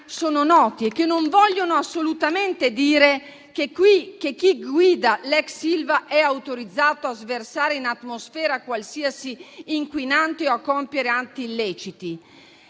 sono noti e che non vogliono assolutamente dire che chi guida l'ex Ilva è autorizzato a sversare in atmosfera qualsiasi inquinante o a compiere atti illeciti.